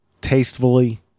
tastefully